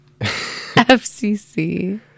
FCC